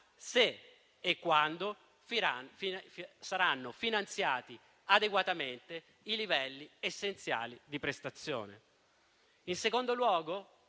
se e quando saranno finanziati adeguatamente i livelli essenziali di prestazione. In secondo luogo,